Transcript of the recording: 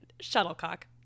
Shuttlecock